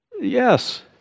yes